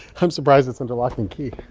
i'm surprised it's under lock and key